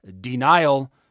denial